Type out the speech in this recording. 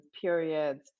periods